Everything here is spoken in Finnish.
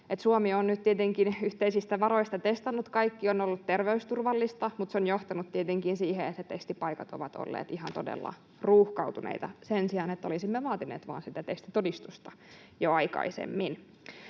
Suomi on nyt yhteisistä varoista testannut kaikki, on ollut terveysturvallista, mutta se on johtanut tietenkin siihen, että testipaikat ovat olleet ihan todella ruuhkautuneita sen sijaan, että olisimme vain vaatineet sitä testitodistusta jo aikaisemmin.